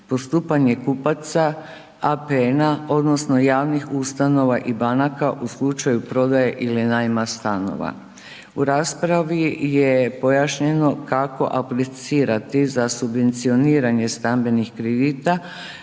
postupanje kupaca, APN-a odnosno javnih ustanova i banaka u slučaju prodaje ili najma stanova. U raspravi je pojašnjeno kako aplicirati za subvencioniranje stambenih kredita.